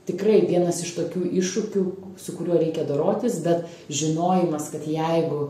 tikrai vienas iš tokių iššūkių su kuriuo reikia dorotis bet žinojimas kad jeigu